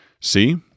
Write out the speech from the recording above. See